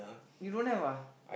you don't have ah